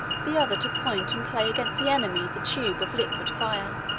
the other to point and play against the enemy the tube of liquid fire.